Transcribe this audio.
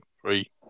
three